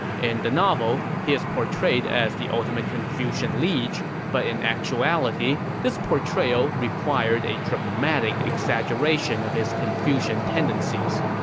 in the novel, he is portrayed as the ultimate confucian liege. but in actuality, this portrayal required a dramatic exaggeration of his confucian tendencies.